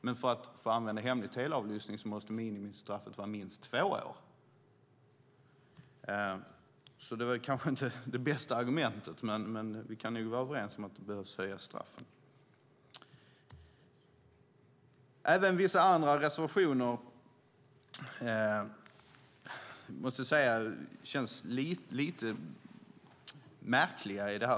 Men för att få använda hemlig teleavlyssning måste minimistraffet vara minst två år, så det kanske inte var det bästa argumentet. Men vi kan nog vara överens om att straffet behöver höjas. Även vissa andra reservationer i betänkandet känns lite märkliga.